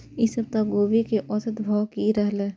ई सप्ताह गोभी के औसत भाव की रहले?